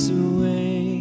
away